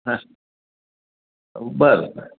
हां बरं बरं